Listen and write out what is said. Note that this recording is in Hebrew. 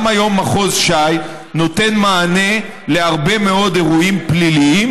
גם היום מחוז ש"י נותן מענה להרבה מאוד אירועים פליליים